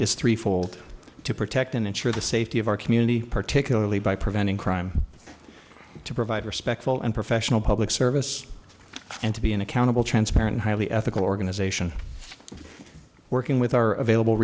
is three fold to protect and ensure the safety of our community particularly by preventing crime to provide respectful and professional public service and to be an accountable transparent highly ethical organization working with our available